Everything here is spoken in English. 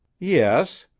yes.